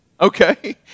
Okay